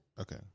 Okay